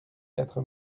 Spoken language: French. quatre